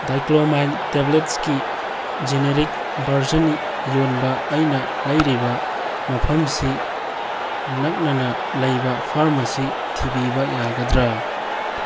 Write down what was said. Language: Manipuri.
ꯗꯥꯏꯀ꯭ꯂꯣꯃꯥꯏꯟ ꯇꯦꯕ꯭ꯂꯦꯠꯁꯀꯤ ꯖꯦꯅꯦꯔꯤꯛ ꯕꯔꯖꯅꯤꯛ ꯌꯣꯟꯕ ꯑꯩꯅ ꯂꯩꯔꯤꯕ ꯃꯐꯝꯁꯤ ꯅꯛꯅꯅ ꯂꯩꯕ ꯐꯥꯔꯃꯥꯁꯤ ꯊꯤꯕꯤꯕ ꯌꯥꯒꯗ꯭ꯔꯥ